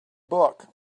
book